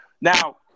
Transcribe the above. Now